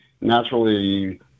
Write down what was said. naturally